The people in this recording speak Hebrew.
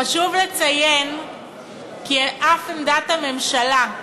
חשוב לציין כי אף עמדת הממשלה,